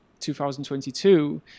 2022